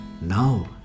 now